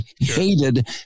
hated